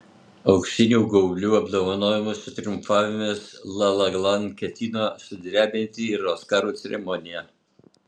auksinių gaublių apdovanojimuose triumfavęs la la land ketino sudrebinti ir oskarų ceremoniją